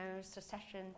secession